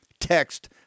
Text